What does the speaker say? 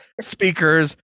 speakers